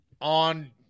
on